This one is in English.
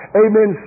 amen